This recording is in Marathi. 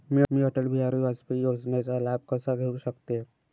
मी अटल बिहारी वाजपेयी योजनेचा लाभ कसा घेऊ शकते?